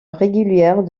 régulière